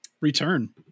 return